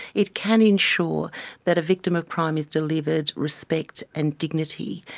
it can ensure that a victim of crime is delivered respect and dignity.